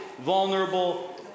vulnerable